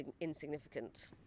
insignificant